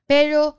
Pero